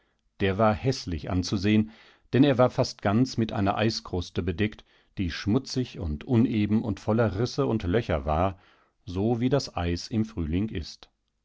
der war häßlich anzusehen denn er war fast ganz mit einer eiskruste bedeckt dieschmutzigundunebenundvollerrisseundlöcherwar so wie das eis im frühling ist